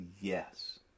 yes